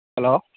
hello